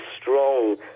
strong